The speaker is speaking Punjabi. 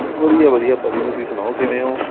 ਵਧੀਆ ਵਧੀਆ ਭਾਅ ਜੀ ਤੁਸੀਂ ਸੁਣਾਓ ਕਿਵੇਂ ਹੋ